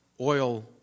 oil